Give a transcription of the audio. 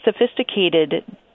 sophisticated